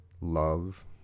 love